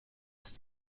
ist